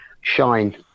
shine